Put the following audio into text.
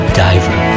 diver